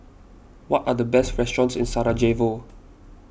what are the best restaurants in Sarajevo